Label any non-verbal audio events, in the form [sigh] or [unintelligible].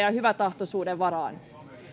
[unintelligible] ja hyväntahtoisuutensa varaan